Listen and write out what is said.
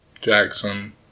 Jackson